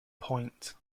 point